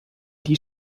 die